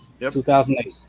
2008